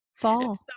fall